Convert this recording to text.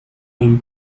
him